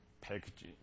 package